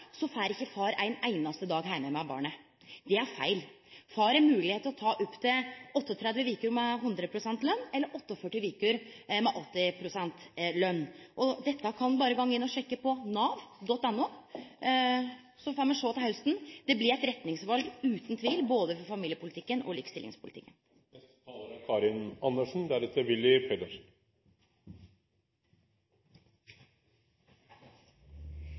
får ikkje far ein einaste dag heime med barnet. Det er feil. Far har moglegheit til å ta opp til 38 veker med 100 pst. løn eller 48 veker med 80 pst. løn. Dette kan ein berre gå inn på nav.no og sjekke. Så får me sjå til hausten. Det blir eit retningsval – utan tvil – både for familiepolitikken og for likestillingspolitikken.